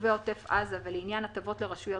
יישובי עוטף עזה ולעניין הטבות לרשויות,